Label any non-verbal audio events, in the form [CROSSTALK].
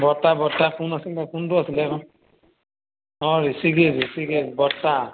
বৰ্তা বৰ্তা কোন আছিলে কোনটো আছিলে অঁ [UNINTELLIGIBLE]